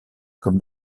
comme